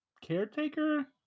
caretaker